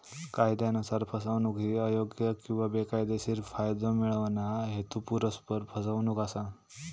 कायदयानुसार, फसवणूक ही अयोग्य किंवा बेकायदेशीर फायदो मिळवणा, हेतुपुरस्सर फसवणूक असा